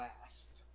last